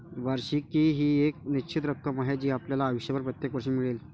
वार्षिकी ही एक निश्चित रक्कम आहे जी आपल्याला आयुष्यभर प्रत्येक वर्षी मिळेल